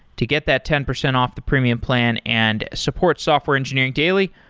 to get that ten percent off the premium plan and support software engineering daily,